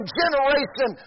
generation